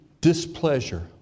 displeasure